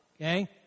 Okay